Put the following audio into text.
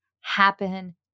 happen